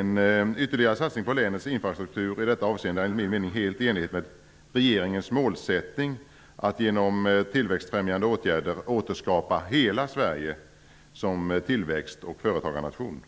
En ytterligare satsning på länets infrastruktur i detta avseende är enligt min mening helt i enlighet med regeringens målsättning att genom tillväxtbefrämjande åtgärder återskapa hela Sverige som tillväxt och företagarnation.